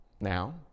Now